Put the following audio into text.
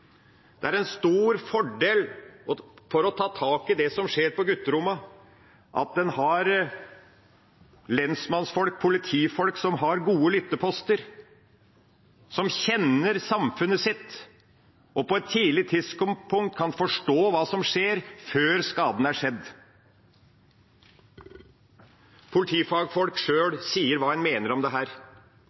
Det er en stor fordel å ta tak i det som skjer på gutterommene, at en har lensmenn og politifolk som har gode lytteposter, som kjenner samfunnet sitt, og som på et tidlig tidspunkt kan forstå hva som skjer, før skaden er skjedd. Politifagfolk sjøl sier hva en mener om